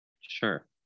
Sure